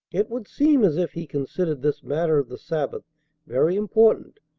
it would seem as if he considered this matter of the sabbath very important,